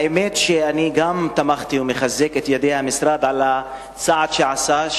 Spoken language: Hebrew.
האמת שאני תמכתי ואני מחזק את ידי המשרד על הצעד שעשה,